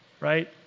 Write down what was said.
right